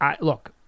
Look